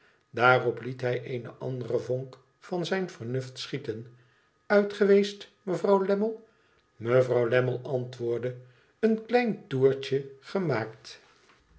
daarop liet hij eene andere vonk van zijn vernuft schieten uit geweest mevrouw lammie mevrouw lammie antwoordde een klein toertje gemaakt